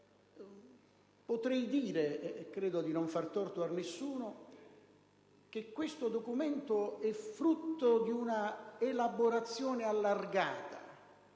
affermare - credo di non fare torto a nessuno - che questo documento è frutto di una elaborazione allargata.